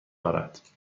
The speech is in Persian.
دارد